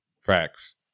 Facts